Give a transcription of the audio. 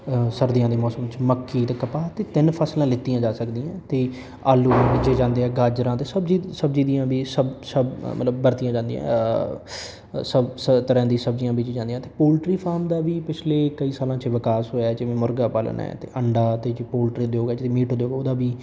ਸਰਦੀਆਂ ਦੇ ਮੌਸਮ ਮੱਕੀ ਅਤੇ ਕਪਾਹ ਅਤੇ ਤਿੰਨ ਫਸਲਾਂ ਲਿੱਤੀਆਂ ਜਾ ਸਕਦੀਆਂ ਅਤੇ ਆਲੂ ਵੀ ਬੀਜ਼ੇ ਜਾਂਦੇ ਆ ਗਾਜਰਾਂ ਅਤੇ ਸਬਜ਼ੀ ਸਬਜ਼ੀ ਦੀਆਂ ਵੀ ਮਤਲਬ ਵਰਤੀਆਂ ਜਾਂਦੀਆਂ ਸਭ ਸ ਤਰ੍ਹਾ ਦੀਆਂ ਸਬਜ਼ੀਆਂ ਬੀਜ਼ੀਆਂ ਜਾਂਦੀਆਂ ਅਤੇ ਪੋਲਟਰੀ ਫਾਰਮ ਦਾ ਵੀ ਪਿਛਲੇ ਕਈ ਸਾਲਾਂ 'ਚ ਵਿਕਾਸ ਹੋਇਆ ਜਿਵੇਂ ਮੁਰਗਾ ਪਾਲਣਾ ਹੈ ਅਤੇ ਅੰਡਾ ਅਤੇ ਉਹਦੇ 'ਚ ਪੋਲਟਰੀ ਉਦਯੋਗ ਹੈ ਜਿਵੇਂ ਮੀਟ ਉਦਯੋਗ ਉਹਦਾ ਵੀ